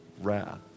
wrath